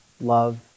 love